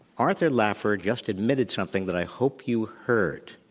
arthur laffer just admitted something that i hope you heard.